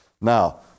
Now